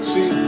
See